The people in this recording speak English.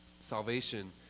salvation